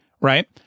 right